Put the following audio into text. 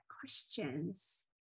questions